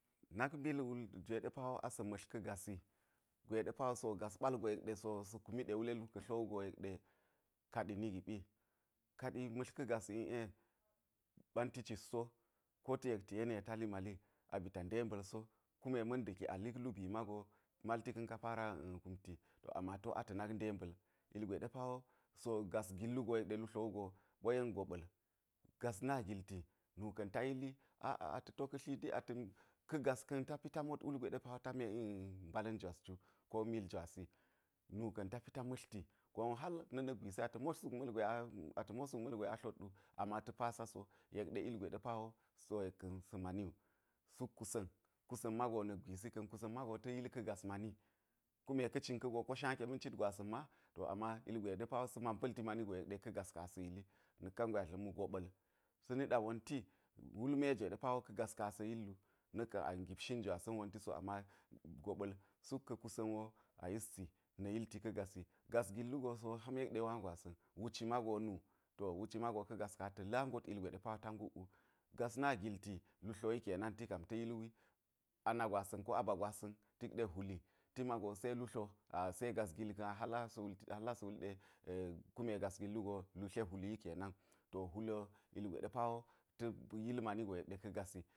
Nak mil wul jwe ɗe pa wo asa̱ ma̱tl ka̱ gasi gwe ɗe pa wo si wo gas ɓal go yek ɗe si wo sa̱ kumi wule lu ka̱ tlo wugo yek ɗe kaɗi kaɗi ma̱tl ka̱ gas iˈe ɓanti cit so kota̱ yek ta̱ yeni ye ta li mali a ba̱ ta ndeba̱l so, kume ma̱nda̱ki a lik lubii mago malti ka̱n ka para kumti ama ti wo a ta̱ nak demba̱l ilgwe ɗe pa wo si gas gil wugo yek ɗe lu tlo wugo, ɓoyen goɓa̱l gas na gilti nu ka̱n ta yili aa ata̱ to ka̱ tlindi ata̱ ka̱ gas ka̱n ta pita mot wul jwe ta mwe mbala̱n jwas ju ko mil jwasi nu ka̱n ta pita ma̱tlti gon wo hal na̱ na̱k gwisi ata̱ mot suk ma̱lgwe aa ata̱ mot suk ma̱lgwe a tlot wu ama ta̱ pasa so yek ɗe ilgwe ɗe pa wo sa̱ mani wu, suk kusa̱n kusa̱n mago na̱k gwisi ka̱n kusa̱n mago ta̱ yil ka̱ gas mani, kume ka̱ cin ka̱go ko nsha ke ma̱n cit gwasa̱n ma ama ilgwe ɗe pa wo sa̱ man pa̱lti mani go yek ɗe ka̱ gas ka̱n asa̱ yili, na̱k a dla̱m wu goɓa̱l sa̱ niɗa wonti wul me jwe ɗe pa wo ka̱ gas ka̱n asa̱ yil wu, na̱k ka̱n a gip shin jwasa̱n wonti so, ama goɓa̱l suk ka̱ kusa̱n wo a yssi na̱ yilti ka̱ gasi gas gil wugo ham yek ɗe wa gwasa̱n wuci mago nu to wuci mago ka̱ gas ka̱n ata̱ la ngot ilgwe ɗe pa ta nguk wu, gas na gilti, lu tlo wi ke na̱n ti ka̱n ta̱ yil wi, ana gwasa̱n ko aba gwasa̱n tik ɗe hwuli ti mago se lu tlo, se gas gil ka̱n hal asa̱ wuli ɗe kume ggas gil wugo lu tlwe hwuli wi kenan to hwuli wo ilgwe ɗe pa wo ti yil mani go yek ɗe ka̱ gasi.